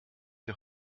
der